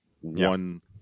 one